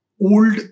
old